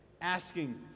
asking